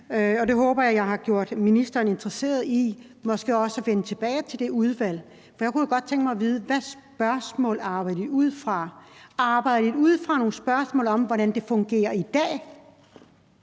på. Det håber jeg at jeg har gjort ministeren interesseret i, måske også i forhold til at vende tilbage til det udvalg. For jeg kunne jo godt tænke mig at vide: Hvilke spørgsmål arbejder de ud fra? Arbejder de ud fra nogle spørgsmål om, hvordan det fungerer i dag,